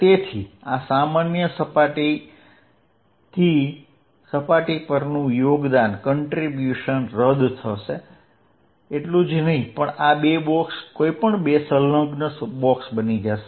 તેથી આ સામાન્ય સપાટીથી સપાટી પરનું યોગદાન રદ થશે એટલું જ નહીં આ બે બોક્સ કોઈપણ બે સંલગ્ન બોક્સ બનશે